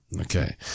Okay